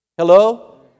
Hello